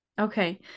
Okay